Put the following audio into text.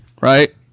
right